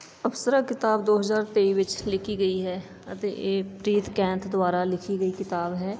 ਅਪਸਰਾ ਕਿਤਾਬ ਦੋ ਹਜ਼ਾਰ ਤੇਈ ਵਿੱਚ ਲਿਖੀ ਗਈ ਹੈ ਅਤੇ ਇਹ ਪ੍ਰੀਤ ਕੈਂਥ ਦੁਆਰਾ ਲਿਖੀ ਗਈ ਕਿਤਾਬ ਹੈ